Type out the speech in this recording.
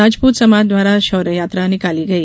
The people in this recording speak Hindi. राजपूत समाज द्वारा शौर्य यात्रा निकाली गई